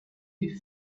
who